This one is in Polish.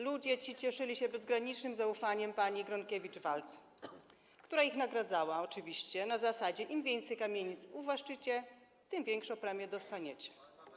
Ludzie ci cieszyli się bezgranicznym zaufaniem pani Gronkiewicz-Waltz, która ich nagradzała oczywiście, na zasadzie: im więcej kamienic uwłaszczycie, tym większą premię dostaniecie.